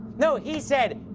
no, he said,